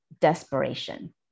desperation